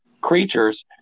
creatures